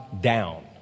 down